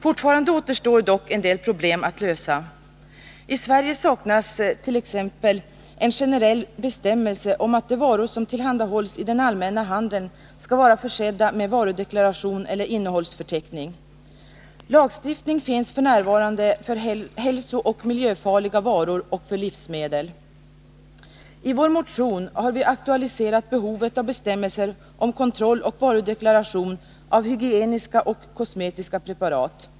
Fortfarande återstår dock en del problem att lösa. I Sverige saknast.ex. en generell bestämmelse om att de varor som tillhandahålls i den allmänna handeln skall vara försedda med varudeklaration eller innehållsförteckning. Lagstiftning finns f. n. för hälsooch miljöfarliga varor och för livsmedel. I vår motion har vi aktualiserat behovet av bestämmelser om kontroll och varudeklaration av hygieniska och kosmetiska preparat.